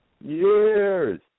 years